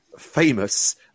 famous